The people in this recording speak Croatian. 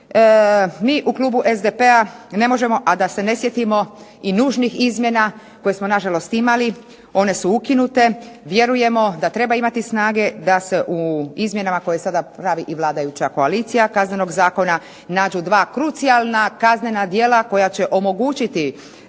mi u klubu SDP-a ne možemo a da se ne sjetimo i nužnih izmjena koje smo na žalost imali. One su ukinute. Vjerujemo da treba imati snage da se u izmjenama koje sada pravi i vladajuća koalicija Kaznenog zakona nađu i dva krucijalna kaznena djela koja će omogućiti